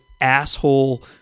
asshole